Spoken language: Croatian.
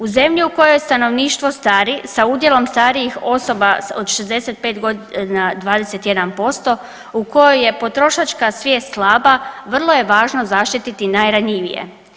U zemlji u kojoj stanovništvo stari sa udjelom starijih osoba od 65 godina 21%, u kojoj je potrošačka svijest slaba vrlo je važno zaštititi najranjivije.